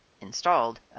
installed